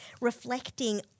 reflecting